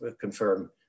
confirm